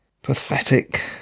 ...pathetic